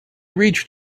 reached